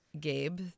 Gabe